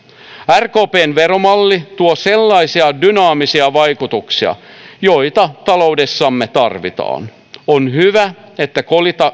rkpn veromalli tuo sellaisia dynaamisia vaikutuksia joita taloudessamme tarvitaan on hyvä että